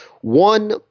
One